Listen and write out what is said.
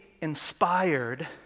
inspired